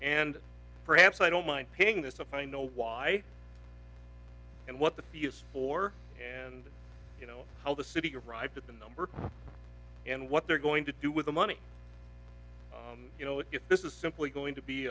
and perhaps i don't mind paying this up i know why and what the fee is for and you know how the city arrive at the number and what they're going to do with the money you know if this is simply going to be